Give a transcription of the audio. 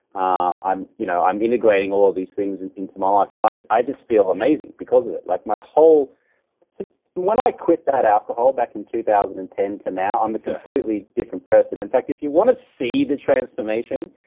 ah i'm you know i'm integrating all of these things and into my life and i i just feel amazing because of it like so when i quit that alcohol back in two thousand and ten to now, i'm a completely different person. in fact, if you want to see the transformation,